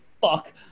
fuck